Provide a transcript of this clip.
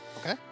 Okay